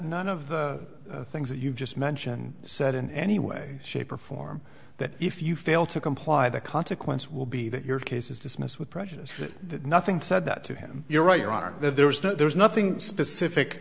none of the things that you just mentioned said in any way shape or form that if you fail to comply the consequence will be that your case is dismissed with prejudice that nothing said that to him you're right your honor that there was no there is nothing specific